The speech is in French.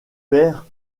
perd